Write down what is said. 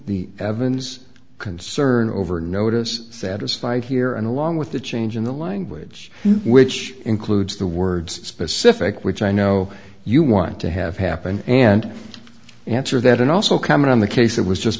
the evans concern over notice satisfied here and along with the change in the language which includes the words specific which i know you want to have happen and answer that and also comment on the case that was just